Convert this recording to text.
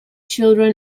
children